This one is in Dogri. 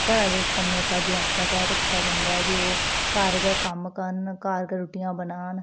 घरै दे कम्में काजें आस्तै गै रक्खेआ जंदा ऐ जे ओह् घर गै कम्म करन घर गै रुट्टियां बनान